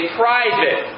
private